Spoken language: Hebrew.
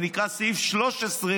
שנקרא סעיף 13,